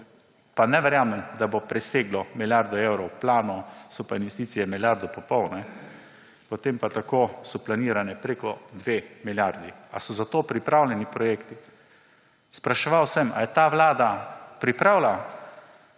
Pa ne verjamem, da bo preseglo milijardo evrov planov, so pa investicije milijardo pa pol. Potem pa tako so planirane preko dve milijardi. Ali so za to pripravljeni projekti? Spraševal sem, ali je ta vlada pripravila